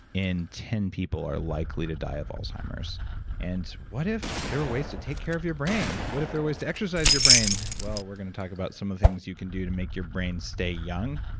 in ten people are likely to die of alzheimer's and what if there are ways to take care of your brain? what if there are ways to exercise your brain? well, we're going to talk about some of the things you can do to make your brain stay young.